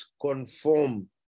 conform